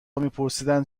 میپرسیدند